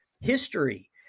history